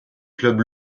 clubs